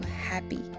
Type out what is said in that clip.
happy